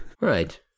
Right